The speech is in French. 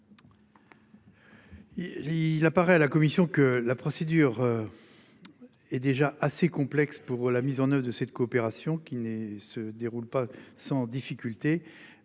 Il. Apparaît à la commission que la procédure. Est déjà assez complexe pour la mise en oeuvre de cette coopération qui naît se déroule pas sans difficulté.